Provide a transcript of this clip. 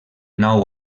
nou